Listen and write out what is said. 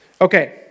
Okay